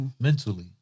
mentally